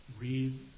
read